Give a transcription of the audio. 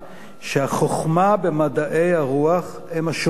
שהחוכמה במדעי הרוח היא השורשים